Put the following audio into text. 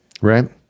Right